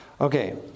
Okay